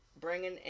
bringing